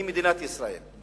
זו מדינת ישראל.